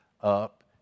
up